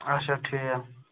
اَچھا ٹھیٖک